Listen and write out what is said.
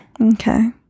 Okay